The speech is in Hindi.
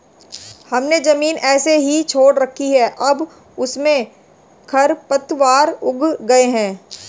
हमने ज़मीन ऐसे ही छोड़ रखी थी, अब उसमें खरपतवार उग गए हैं